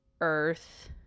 earth